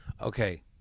Okay